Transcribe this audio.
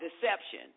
deception